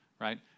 right